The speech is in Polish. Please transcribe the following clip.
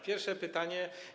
Pierwsze pytanie.